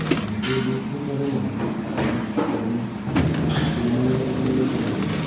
നമുക്ക് beef curry മതി beef കറിയും കുരുമുളകിട്ടുള്ളൊരു കറി മതി